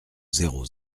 zéro